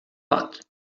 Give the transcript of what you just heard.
but